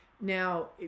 Now